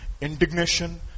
indignation